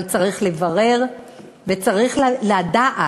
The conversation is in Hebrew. אבל צריך לברר וצריך לדעת,